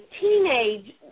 teenage